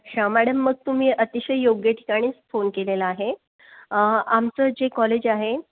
अच्छा मॅडम मग तुम्ही अतिशय योग्य ठिकाणीच फोन केलेला आहे आमचं जे कॉलेज आहे